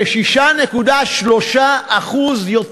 כ-6.3% יותר.